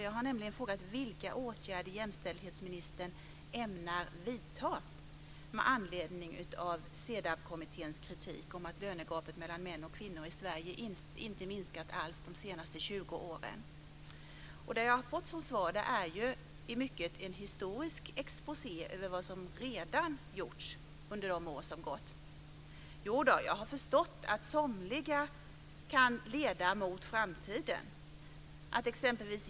Jag har nämligen frågat vilka åtgärder jämställdhetsministern ämnar vidta med anledning av CEDAW kommitténs kritik av att lönegapet mellan män och kvinnor i Sverige inte har minskat alls under de senaste 20 åren. Och det jag har fått som svar är i mycket en historisk exposé över vad som redan gjorts under de år som gått. Jag har förstått att somliga saker kan leda mot framtiden.